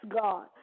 God